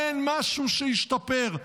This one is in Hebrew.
אין משהו שהשתפר,